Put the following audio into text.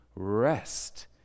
rest